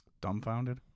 Dumbfounded